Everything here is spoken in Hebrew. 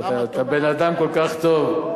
אתה בן-אדם כל כך טוב.